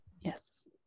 Yes